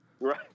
Right